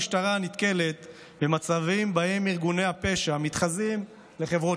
המשטרה נתקלת במצבים שבהם ארגוני הפשע מתחזים לחברות